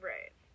Right